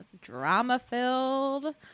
drama-filled